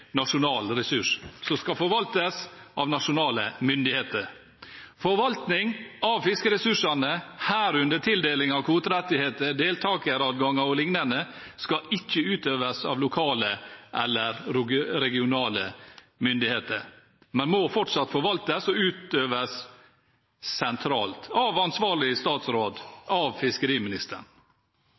nasjonal ressurs som skal forvaltes av nasjonale myndigheter. Forvaltning av fiskeressursene, herunder tildeling av kvoterettigheter, deltakeradganger og liknende skal ikke utøves av lokale eller regionale myndigheter, men må fortsatt forvaltes og utøves sentralt av ansvarlig statsråd, av fiskeriministeren.